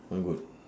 one good